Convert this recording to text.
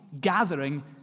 gathering